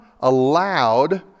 allowed